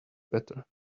better